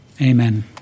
Amen